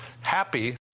happy